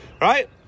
Right